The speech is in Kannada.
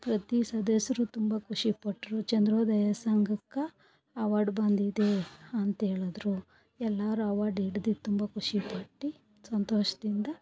ಪ್ರತಿ ಸದಸ್ಯರು ತುಂಬ ಖುಷಿಪಟ್ಟರು ಚಂದ್ರೋದಯ ಸಂಘಕ್ಕೆ ಅವಾರ್ಡ್ ಬಂದಿದೆ ಅಂತೇಳಿದ್ರು ಎಲ್ಲರು ಅವಾರ್ಡ್ ಹಿಡ್ದ್ ತುಂಬ ಖುಷಿಪಟ್ಟು ಸಂತೋಷದಿಂದ